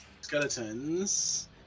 skeletons